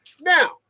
Now